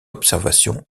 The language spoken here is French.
observation